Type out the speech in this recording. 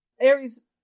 Aries